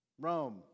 Rome